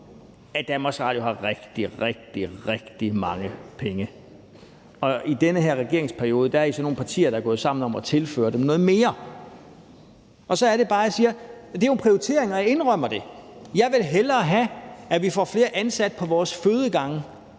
at DR har rigtig, rigtig mange penge, og i den her regeringsperiode er I så nogle partier, der er gået sammen om at tilføre dem noget mere, og så er det bare, jeg siger, at det jo er en prioritering, og jeg indrømmer det. Jeg vil hellere have, at vi får flere ansatte på vores fødegange,